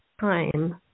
time